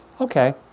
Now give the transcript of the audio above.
okay